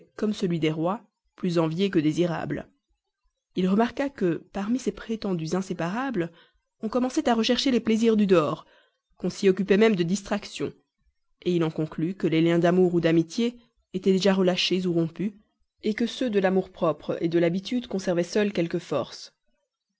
comme celui des rois plus envié que désirable il remarqua que parmi ces prétendus inséparables on commençait à rechercher les plaisirs du dehors qu'on s'y occupait même de distraction il en conclut que les liens d'amour ou d'amitié étaient déjà relâchés ou rompus que ceux de l'amour-propre de l'habitude conservaient seuls quelque force